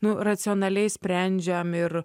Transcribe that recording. nu racionaliai sprendžiam ir